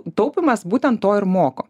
taupymas būtent to ir moko